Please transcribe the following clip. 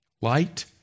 Light